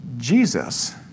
Jesus